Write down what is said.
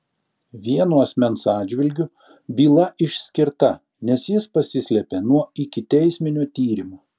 vieno asmens atžvilgiu byla išskirta nes jis pasislėpė nuo ikiteisminio tyrimo